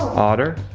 otter.